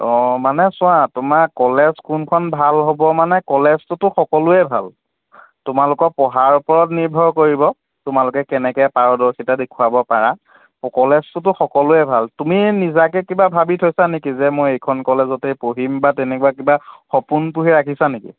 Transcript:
অঁ মানে চোৱা তোমাৰ কলেজ কোনখন ভাল হ'ব মানে কলেজটোতো সকলোৱে ভাল তোমালোকৰ পঢ়াৰ ওপৰত নিৰ্ভৰ কৰিব তোমালোকে কেনেকৈ পাৰদৰ্শিতা দেখুৱাব পাৰা কলেজটোতো সকলোৱে ভাল তুমি নিজাকৈ কিবা ভাবি থৈছা নেকি যে মই এইখন কলেজতে পঢ়িম বা তেনেকুৱা কিবা সপোন পুহি ৰাখিছা নেকি